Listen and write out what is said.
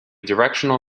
directional